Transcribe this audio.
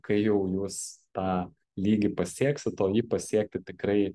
kai jau jūs tą lygį pasieksit o jį pasiekti tikrai